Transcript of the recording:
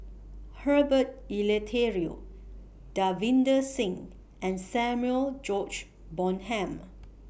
Herbert Eleuterio Davinder Singh and Samuel George Bonham